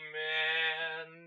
man